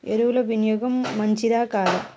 ఎరువుల వినియోగం మంచిదా కాదా?